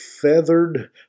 feathered